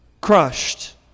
crushed